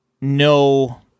no